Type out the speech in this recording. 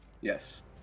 Yes